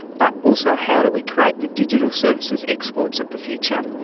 but also how do we create the digital services exports of the future.